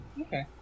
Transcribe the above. okay